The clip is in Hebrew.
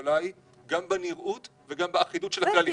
ביותר הוא גם הנראות וגם האחידות של הכללים.